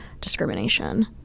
discrimination